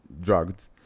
drugged